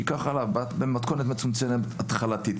ייקח עליו במתכונת מצומצמת התחלתית,